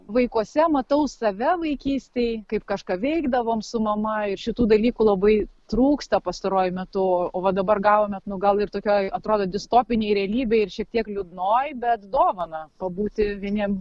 vaikuose matau save vaikystėj kaip kažką veikdavom su mama ir šitų dalykų labai trūksta pastaruoju metu o vat dabar gavome nu gal ir tokioj atrodo distopinėj realybėj ir šiek tiek liūdnoj bet dovaną pabūti vieniem